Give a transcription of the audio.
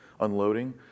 unloading